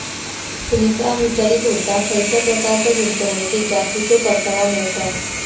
सुनीता विचारीत होता, खयच्या प्रकारच्या गुंतवणुकीत जास्तीचो परतावा मिळता?